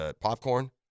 popcorn